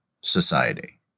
society